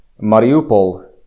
Mariupol